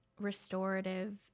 restorative